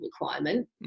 requirement